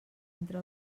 entre